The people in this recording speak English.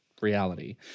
reality